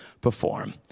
perform